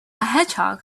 hedgehog